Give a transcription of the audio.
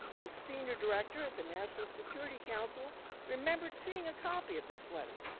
a senior director at the national security council remembered seeing a copy of this letter.